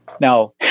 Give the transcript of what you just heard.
Now